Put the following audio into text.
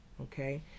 okay